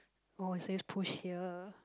oh it says push here